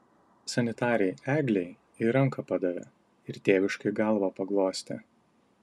sanitarei eglei ir ranką padavė ir tėviškai galvą paglostė